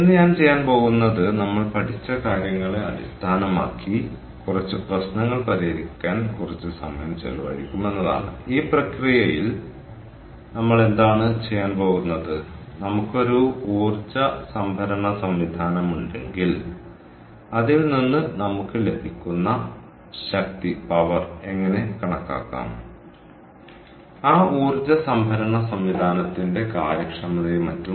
ഇന്ന് ഞാൻ ചെയ്യാൻ പോകുന്നത് നമ്മൾ പഠിച്ച കാര്യങ്ങളെ അടിസ്ഥാനമാക്കി കുറച്ച് പ്രശ്നങ്ങൾ പരിഹരിക്കാൻ കുറച്ച് സമയം ചിലവഴിക്കും ഈ പ്രക്രിയയിൽ നമ്മൾ എന്താണ് ചെയ്യാൻ പോകുന്നത് നമുക്ക് ഒരു ഊർജ്ജ സംഭരണ സംവിധാനമുണ്ടെങ്കിൽ അതിൽ നിന്ന് നമുക്ക് ലഭിക്കുന്ന ശക്തി എങ്ങനെ കണക്കാക്കാം ആ ഊർജ്ജ സംഭരണ സംവിധാനത്തിന്റെ കാര്യക്ഷമതയും മറ്റും